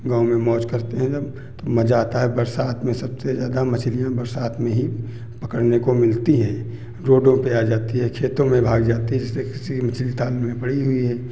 गाँव में मौज करते हैं जब तो मज़ा आता है बरसात में सबसे ज़्यादा मछलियाँ बरसात में ही पकड़ने को मिलती है रोडों पे आ जाती है खेतों में भाग जाती है जैसे किसी चिंता में पड़ी हुई है